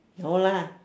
no lah